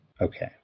Okay